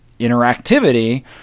interactivity